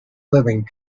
living